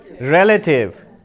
Relative